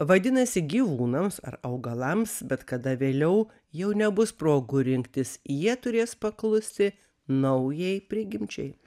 vadinasi gyvūnams ar augalams bet kada vėliau jau nebus progų rinktis jie turės paklusti naujai prigimčiai